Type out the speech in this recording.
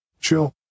chill